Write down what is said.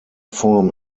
form